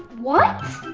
what?